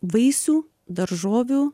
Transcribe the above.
vaisių daržovių